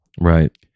Right